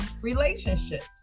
relationships